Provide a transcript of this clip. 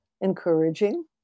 encouraging